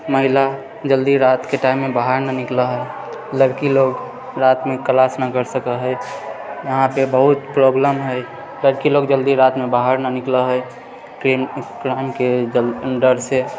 महिला जल्दी रातिके टाइममे बाहर नहि निकलए हइ लड़की लोग रातिमे क्लास नहि कर सकए हइ यहाँपे बहुत प्रॉब्लम है लड़की लोग जल्दी रातमे बाहर नहि निकलए हइ कि काहेकि डर से